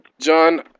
John